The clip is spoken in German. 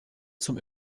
zum